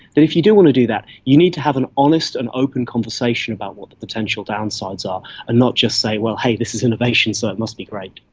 that if you do want to do that you need to have an honest and open conversation about what the potential downsides are and not just say, well hey, this is innovation, so it must be great.